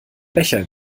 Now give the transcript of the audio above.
becher